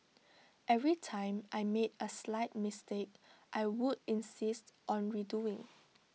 every time I made A slight mistake I would insist on redoing